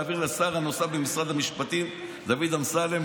להעביר לשר הנוסף במשרד המשפטים דוד אמסלם,